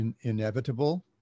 inevitable